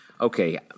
okay